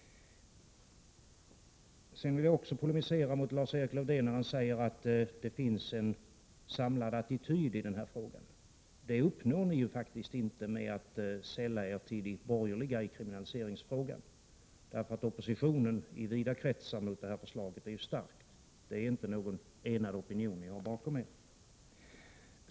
Sedan vill jag också polemisera mot Lars-Erik Lövdén när han säger att det finns en samlad attityd i den här frågan. Det uppnår ni faktiskt inte med att sälla er till de borgerliga i kriminaliseringsfrågan. Oppositionen mot förslaget är stark i vida kretsar. Det är inte någon enad opinion ni har bakom er.